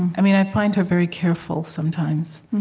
i find her very careful, sometimes,